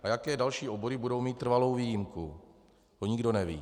A jaké další obory budou mít trvalou výjimku, to nikdo neví.